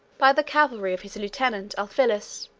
by the cavalry of his lieutenant ulphilas,